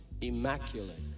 immaculate